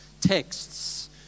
texts